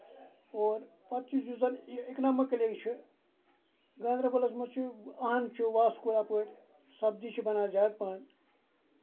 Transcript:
اور پَتہٕ چھُ یُس زن یہِ اِکنامِکٔلی چھُ گاندربَلَس منٛز چھُ اَن چھُ واسکو اَپٲرۍ سَبزی چھےٚ بَنان زیادٕ پَہم